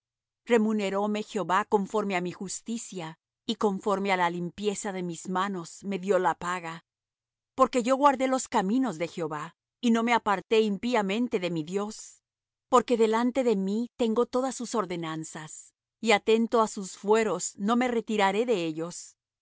mí remuneróme jehová conforme á mi justicia y conforme á la limpieza de mis manos me dió la paga porque yo guardé los caminos de jehová y no me aparté impíamente de mi dios porque delante de mí tengo todas sus ordenanzas y atento á sus fueros no me retiraré de ellos